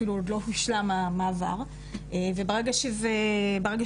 אפילו עוד לא הושלם המעבר וברגע שהתהליך